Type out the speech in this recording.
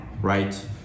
right